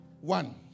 one